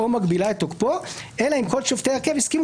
או מגבילה את תוקפו אלא אם כל שופטיה הסכימו